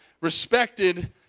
respected